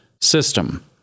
system